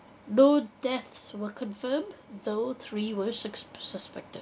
no deaths were confirmed though three were suspec~ suspected